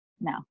No